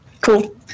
Cool